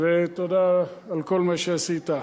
תודה על כל מה שעשית.